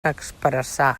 expressar